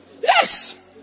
yes